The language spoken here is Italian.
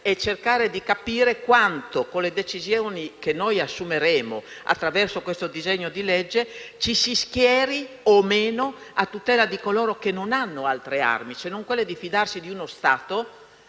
e cercare di capire quanto, con le decisioni che assumeremo attraverso il presente disegno di legge, ci si schieri o meno a tutela di coloro che non hanno altre armi se non quella di fidarsi di uno Stato